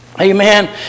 Amen